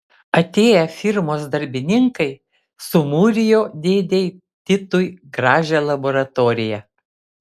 atėję firmos darbininkai sumūrijo dėdei titui gražią laboratoriją